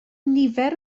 nifer